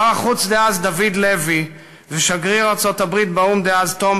שר החוץ דאז דוד לוי ושגריר ארצות-הברית באו"ם דאז תום